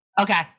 Okay